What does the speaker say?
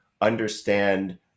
understand